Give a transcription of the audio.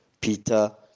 Peter